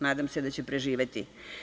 Nadam se da će preživeti.